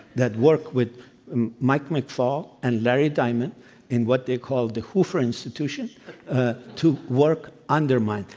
that work with mike mcfall and larry diamond in what they call the hoover institution to work under mike.